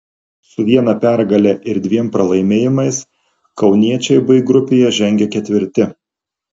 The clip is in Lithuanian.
su viena pergale ir dviem pralaimėjimais kauniečiai b grupėje žengia ketvirti